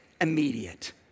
immediate